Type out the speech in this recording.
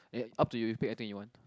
ya up to you pick anything you want